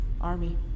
Army